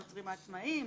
היוצרים העצמאיים,